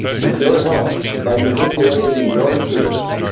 with your help, by manipulating your fears,